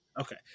okay